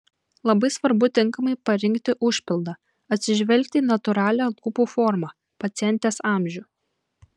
labai svarbu tinkamai parinkti užpildą atsižvelgti į natūralią lūpų formą pacientės amžių